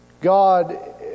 God